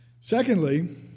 Secondly